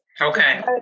Okay